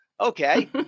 Okay